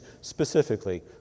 specifically